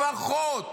לפחות